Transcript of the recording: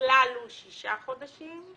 הכלל הוא שישה חודשים.